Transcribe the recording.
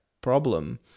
problem